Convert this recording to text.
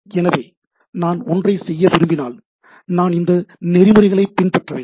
எனவே நான் ஒன்றைச் செய்ய விரும்பினால் நான் இந்த நெறிமுறைகளை பின்பற்ற வேண்டும்